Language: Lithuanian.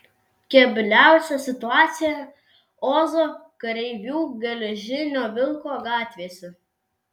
kebliausia situacija ozo kareivių geležinio vilko gatvėse